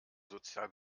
sozial